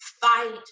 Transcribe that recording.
fight